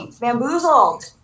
bamboozled